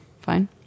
Fine